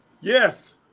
Yes